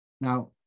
now